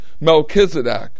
Melchizedek